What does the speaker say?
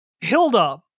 Hilda